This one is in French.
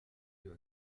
deux